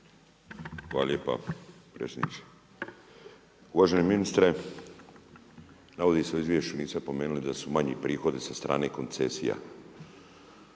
Hvala lijepa predsjedniče. Uvaženi ministre, navodi se u izvješću niste pomenuli da su manji prihodi sa strane koncesija.